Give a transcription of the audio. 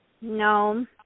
No